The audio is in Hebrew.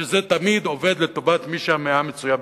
שזה תמיד עובד לטובת מי שהמאה מצויה בכיסו.